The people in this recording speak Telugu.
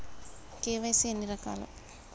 కే.వై.సీ ఎన్ని రకాలు?